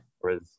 Whereas